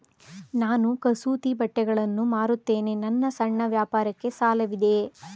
ನಾನು ಕಸೂತಿ ಬಟ್ಟೆಗಳನ್ನು ಮಾರುತ್ತೇನೆ ನನ್ನ ಸಣ್ಣ ವ್ಯಾಪಾರಕ್ಕೆ ಸಾಲವಿದೆಯೇ?